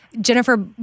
Jennifer